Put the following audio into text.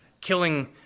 killing